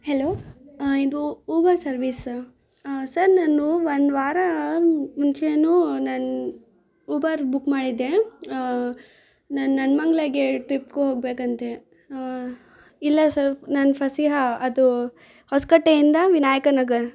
hello ಇದು Uber ಸರ್ವಿಸ್ಸಾ sir ನಾನು ಒಂದು ವಾರ ಮುಂಚೆನು ನಾನು ಉಬರ್ ಬುಕ್ ಮಾಡಿದ್ದೆ ನಾನು ನೆಲ್ಮಂಗ್ಲಗೆ ಟ್ರಿಪ್ಗೆ ಹೋಗ್ಬೇಕಂತ ಹಾಂ ಇಲ್ಲ ಸರ್ ನಾನು ಫಸಿಹ ಅದು ಹೊಸ್ಕೋಟೆಯಿಂದ ವಿನಾಯಕ ನಗರ್